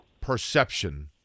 perception